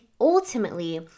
ultimately